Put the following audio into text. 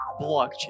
blockchain